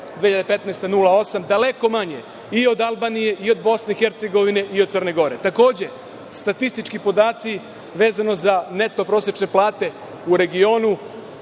0,8%, daleko manje i od Albanije i od Bosne i Hercegovine i od Crne Gore. Takođe, statistički podaci vezano za neto prosečne plate u regionu